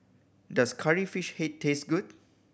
does Curry Fish Head taste good